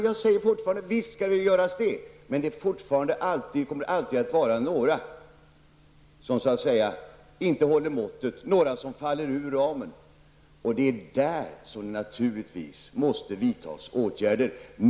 Jag säger fortfarande att dessa åtgärder naturligtvis skall vidtas, men det kommer alltid att vara några som så att säga inte håller måttet, några som faller ur ramen. Och det är i fråga om dessa som det naturligtvis måste vidtas åtgärder.